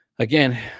again